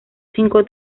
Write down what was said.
cinco